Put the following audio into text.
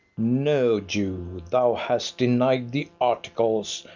no, jew, thou hast denied the articles,